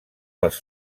les